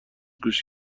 گوش